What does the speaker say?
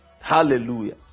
hallelujah